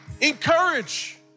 Encourage